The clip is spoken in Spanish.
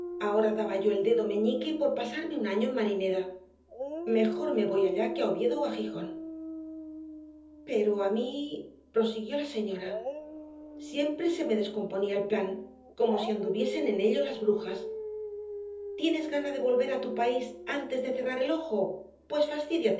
ahora daba yo el dedo meñique por pasarme un año en marineda mejor me voy allá que á oviedo ó á gijón pero á mí prosiguió la señora siempre se me descomponía el plan como si anduviesen en ello las brujas tienes gana de volver á tu país antes de cerrar el ojo pues